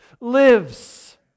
lives